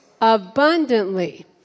abundantly